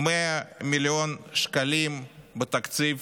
100 מיליון שקלים בתקציב